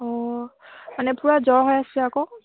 অ মানে পুৰা জ্বৰ হৈ আছে আকৌ